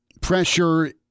pressure